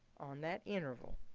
on that interval,